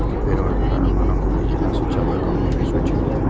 payroll के कारण मानव पूंजी जेना शिक्षा पर कम निवेश होइ छै